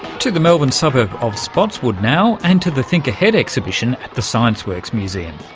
to the melbourne suburb of spotswood now and to the think ahead exhibition at the scienceworks museum.